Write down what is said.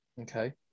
Okay